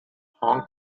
hong